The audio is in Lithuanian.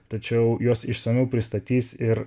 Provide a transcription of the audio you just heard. tačiau juos išsamiau pristatys ir